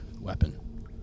weapon